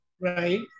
right